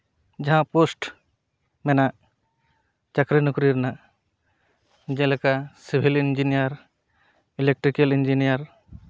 ᱡᱟᱦᱟᱸ ᱯᱳᱥᱴ ᱢᱮᱱᱟᱜ ᱪᱟᱹᱠᱨᱤ ᱱᱚᱠᱨᱤ ᱨᱮᱱᱟᱜ ᱡᱮᱞᱮᱠᱟ ᱥᱤᱵᱷᱤᱞ ᱤᱧᱡᱤᱱᱤᱭᱟᱨ ᱤᱞᱮᱠᱴᱨᱤᱠ ᱤᱧᱡᱤᱱᱤᱭᱟᱨ